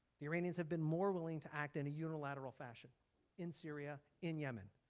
the iranians have been more willing to act in a unilateral fashion in syria in yemen.